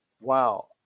wow